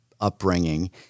upbringing